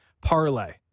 parlay